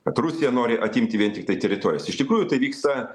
kad rusija nori atimti vien tiktai teritorijas iš tikrųjų tai vyksta